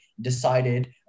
decided